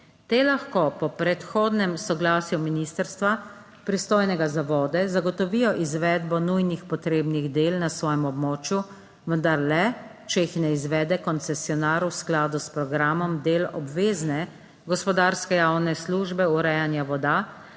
Te lahko po predhodnem soglasju ministrstva, pristojnega za vode, zagotovijo izvedbo nujnih potrebnih del na svojem območju, vendar le, če jih ne izvede koncesionar v skladu s programom del obvezne gospodarske javne službe urejanja voda